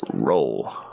Roll